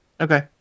Okay